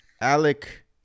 Alec